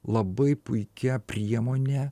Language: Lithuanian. labai puikia priemone